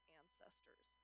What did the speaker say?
ancestors